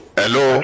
hello